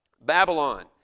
Babylon